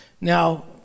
Now